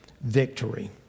victory